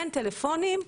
אין טלפונים.